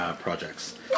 projects